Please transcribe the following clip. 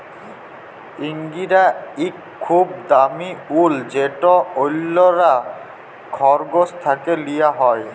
ইঙ্গরা ইক খুব দামি উল যেট অল্যরা খরগোশ থ্যাকে লিয়া হ্যয়